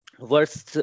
verse